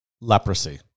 Leprosy